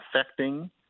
affecting